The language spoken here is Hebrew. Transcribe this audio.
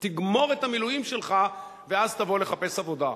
תגמור את המילואים שלך, ואז תבוא לחפש עבודה.